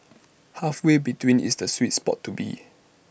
halfway between is the sweet spot to be